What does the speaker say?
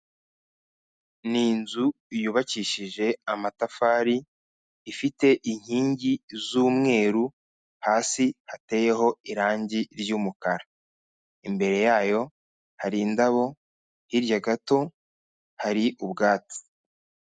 Ni inzu yubakishije amatafari, ifite inkingi z'umweru, hasi hateyeho irangi ry'umukara, imbere yayo hari indabo, hirya gato hari ubwatsi.